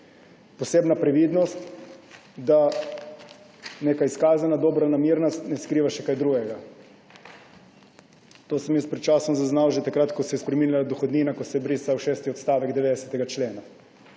posebna previdnost, da neka izkazana dobronamernost ne skriva še česa drugega. To sem jaz pred časom zaznal, že takrat, ko se je spreminjala dohodnina, ko se je brisal šesti odstavek 90. člena.